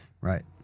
Right